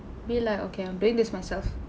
be like okay I'm doing this myself